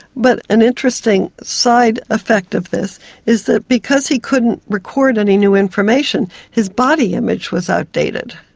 but an interesting side effect of this is that because he couldn't record any new information his body image was outdated.